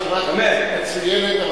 היית חברת כנסת מצוינת,